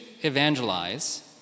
evangelize